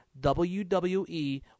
WWE